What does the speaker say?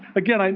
again,